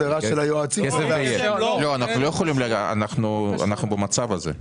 אנחנו במצב הזה.